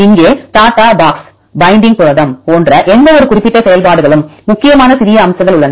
இங்கே data box binding புரதம் போன்ற எந்த குறிப்பிட்ட செயல்பாடுகளுக்கும் முக்கியமான சிறிய அம்சங்கள் உள்ளன